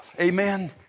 Amen